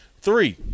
three